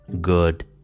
good